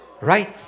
Right